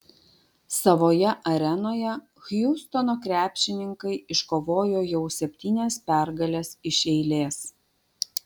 savoje arenoje hjustono krepšininkai iškovojo jau septynias pergales iš eilės